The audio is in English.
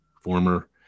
former